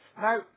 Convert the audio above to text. Now